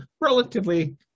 relatively